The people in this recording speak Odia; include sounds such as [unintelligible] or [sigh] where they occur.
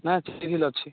ନା [unintelligible] ଅଛି